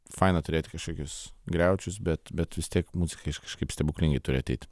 faina turėt kažkokius griaučius bet bet vis tiek muzika iš kažkaip stebuklingai turi ateit